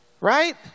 right